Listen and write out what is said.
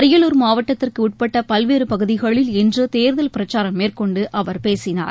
அரியலூர் மாவட்டத்திற்கு உட்பட்ட பல்வேறு பகுதிகளில் இன்று தேர்தல் பிரச்சாரம் மேற்கொண்டு அவர் பேசினார்